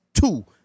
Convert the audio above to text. two